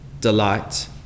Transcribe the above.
delight